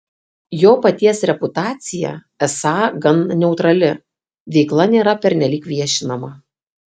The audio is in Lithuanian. jo paties reputacija esą gan neutrali veikla nėra pernelyg viešinama